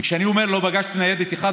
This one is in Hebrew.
וכשאני אומר שלא פגשתי ניידת אחת,